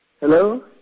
Hello